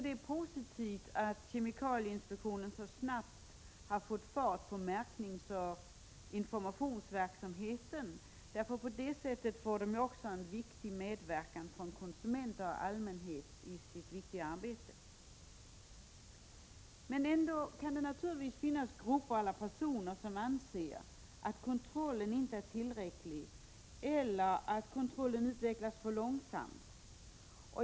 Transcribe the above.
Det är positivt att kemikalieinspektionen så snabbt har fått fart på märkningsoch informationsverksamheten — på det sättet kan konsumenter och allmänhet medverka i detta viktiga arbete. Det kan naturligtvis ändå finnas grupper eller personer som anser att kontrollen inte är tillräcklig eller att den utvecklas för långsamt.